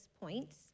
points